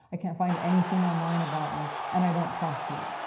i can't find anything online about you, and i don't trust you.